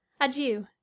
Adieu